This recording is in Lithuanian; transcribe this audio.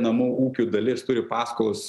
namų ūkių dalis turi paskolas